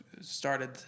started